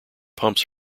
pumps